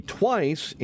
twice